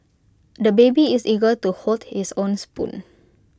the baby is eager to hold his own spoon